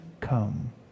come